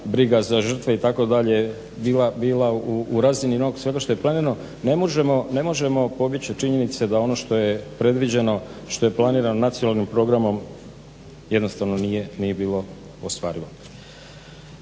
briga za žrtve itd. bila u razini onog svega što je planirano. Ne možemo pobjeći od činjenice da ono što je predviđeno, što je planirano nacionalnim programom jednostavno nije bilo ostvarivo.